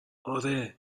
آره